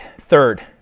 third